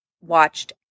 watched